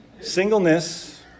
Singleness